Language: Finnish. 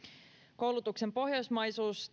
koulutuksen pohjoismaisuus